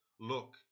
Look